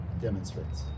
demonstrates